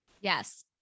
Yes